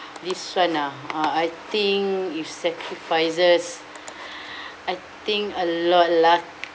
this one ah uh I think if sacrifices I think a lot lah